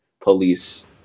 police